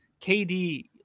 KD